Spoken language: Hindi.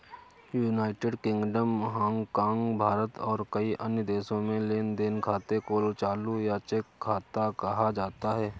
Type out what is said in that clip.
यूनाइटेड किंगडम, हांगकांग, भारत और कई अन्य देशों में लेन देन खाते को चालू या चेक खाता कहा जाता है